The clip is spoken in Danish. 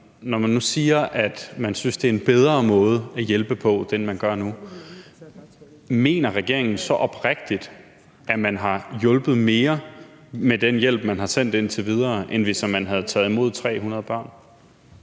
at man nu siger, at man synes, det er en bedre måde at hjælpe på, altså det, man gør nu. Mener regeringen så oprigtigt, at man har hjulpet mere med den hjælp, man har sendt indtil videre, end hvis man havde taget imod 300 børn?